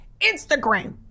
Instagram